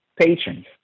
patrons